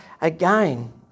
again